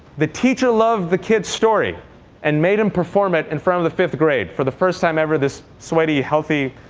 the teacher loved the kid's story and made him perform it in front of the fifth grade. for the first time ever, this sweaty, healthy,